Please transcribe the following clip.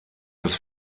des